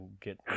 get